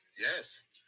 yes